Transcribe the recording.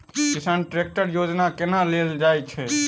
किसान ट्रैकटर योजना केना लेल जाय छै?